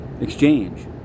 exchange